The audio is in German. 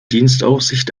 dienstaufsicht